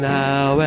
now